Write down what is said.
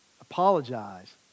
apologize